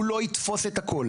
הוא לא יתפוס את הכל,